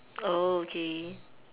oh K